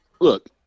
look